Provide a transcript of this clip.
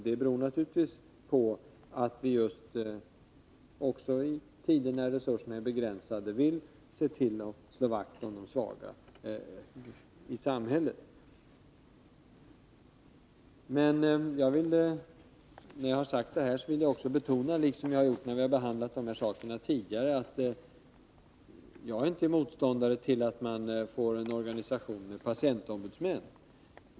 Det beror på att vi även i tider med begränsade resurser vill slå vakt om de svaga i samhället. Men jag vill också betona, liksom jag har gjort när vi tidigare har behandlat de här frågorna, att jag inte är motståndare till en organisation med patientombudsmän.